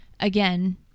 again